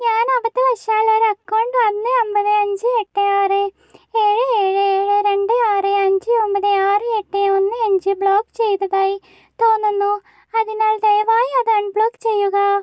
ഞാൻ അബദ്ധവശാൽ ഒരു അക്കൗണ്ട് ഒന്ന് ഒമ്പത് അഞ്ച് എട്ട് ആറ് ഏഴ് ഏഴ് ഏഴ് രണ്ട് ആറ് അഞ്ച് ഒമ്പത് ആറ് എട്ട് ഒന്ന് അഞ്ച് ബ്ലോക്ക് ചെയ്തതായി തോന്നുന്നു അതിനാൽ ദയവായി അത് അൺബ്ലോക്ക് ചെയ്യുക